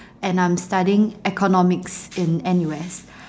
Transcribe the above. and I'm studying economics in N_U_S